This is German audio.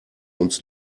uns